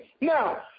Now